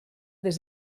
des